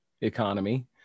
economy